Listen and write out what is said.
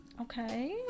Okay